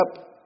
up